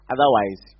Otherwise